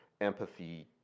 empathy